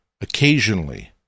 occasionally